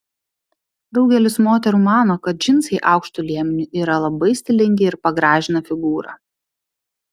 daugelis moterų mano kad džinsai aukštu liemeniu yra labai stilingi ir pagražina figūrą